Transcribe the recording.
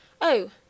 Oh